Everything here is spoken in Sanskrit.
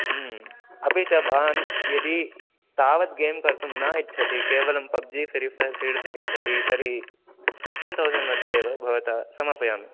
अपि च भवान् यदि तावत् गें कर्तुं न इच्छति केवलं पब् जी फ़िरि फै़र् क्रीडितुम् इच्छति तर्हि फिफ़्टीन् तौसेण्ड् मध्ये एव भवतः समापयामि